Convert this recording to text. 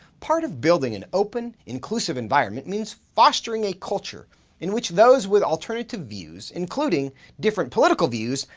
part of building an open, inclusive environment means fostering a culture in which those with alternative views, including different political views,